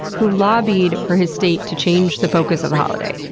who lobbied for his state to change the focus of the holiday,